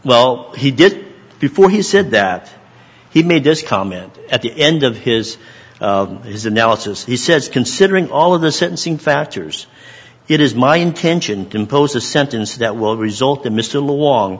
well he did before he said that he made this comment at the end of his his analysis he says considering all of the sentencing factors it is my intention to impose a sentence that will result in mr long